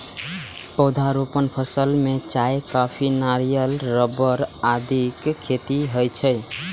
पौधारोपण फसल मे चाय, कॉफी, नारियल, रबड़ आदिक खेती होइ छै